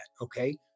Okay